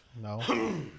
No